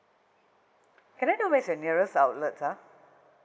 can I know where's the nearest outlet ah